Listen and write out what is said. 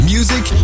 Music